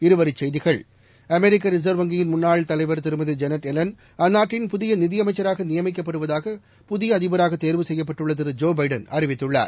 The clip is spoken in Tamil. இருவரிச்செய்திகள் அமெரிக்க ரிசர்வ் வங்கியின் முன்னாள் தலைவர் திருமதி ஜெனட் எலன் அந்நாட்டின் புதிய நிதியமைச்சராக நியமிக்கப்படுவதாக புதிய அதிபராகத் தேர்வு செய்யப்பட்டுள்ள திரு ஜோ பைடன் அறிவித்துள்ளார்